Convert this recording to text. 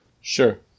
Sure